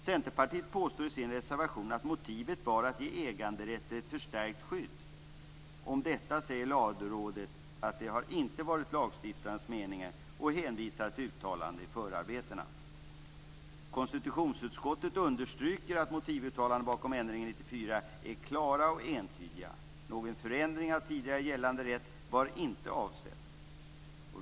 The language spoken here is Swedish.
Centerpartiet påstår i sin reservation att motivet var att ge äganderätten ett förstärkt skydd. Om detta säger Lagrådet att det inte har varit lagstiftarens mening och hänvisar till uttalanden i förarbetena. Konstitutionsutskottet understryker att motivuttalandena bakom ändringarna 1994 är klara och entydiga. "Någon förändring av tidigare gällande rätt var inte avsedd."